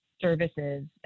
services